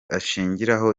ashingiraho